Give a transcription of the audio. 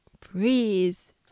please